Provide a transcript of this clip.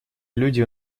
люди